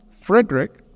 Frederick